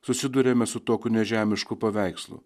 susiduriame su tokiu nežemišku paveikslu